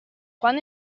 quando